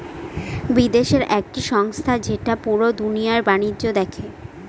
বিদেশের একটি সংস্থা যেটা পুরা দুনিয়ার বাণিজ্য দেখে